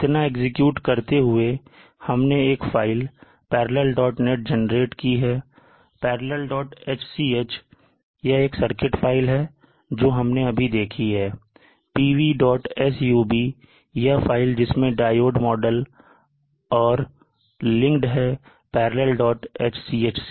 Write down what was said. इतना एग्जीक्यूट करते हुए हमने एक् फाइल parallelnet जनरेट की है parallelsch यह एक सर्किट फाइल है जो हमने अभी देखी है pvsub यह फाइल जिसमें डायोड मॉडल और लिंग है parallelsch से